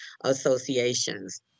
associations